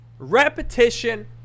repetition